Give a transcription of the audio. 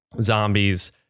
zombies